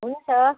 हुन्छ